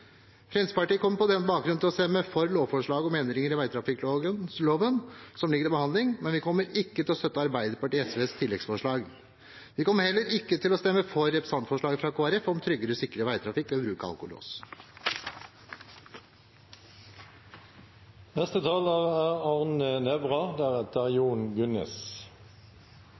Fremskrittspartiet kommer på denne bakgrunn til å stemme for lovforslaget om endringer i vegtrafikkloven som ligger til behandling, men vi kommer ikke til å støtte Arbeiderpartiet og SVs tilleggsforslag. Vi kommer heller ikke til å stemme for representantforslaget fra Kristelig Folkeparti om tryggere og sikrere veitrafikk ved bruk av alkolås. Rusrelaterte dødsfall i trafikken er,